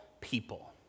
people